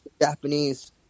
japanese